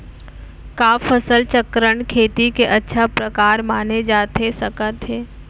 का फसल चक्रण, खेती के अच्छा प्रकार माने जाथे सकत हे?